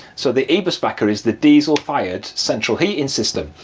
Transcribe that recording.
so the eberspacher is the diesel fired central heating system.